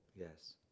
yes